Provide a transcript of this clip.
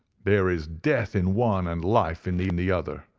there is death in one and life in the in the other.